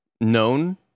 known